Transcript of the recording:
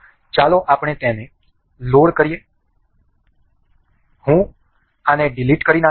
ચાલો આપણે તેને લોડ કરીએ હું આને ડીલીટ કરી નાખીશ